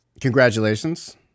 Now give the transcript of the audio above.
Congratulations